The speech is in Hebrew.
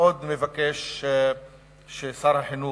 מבקש מאוד ששר החינוך,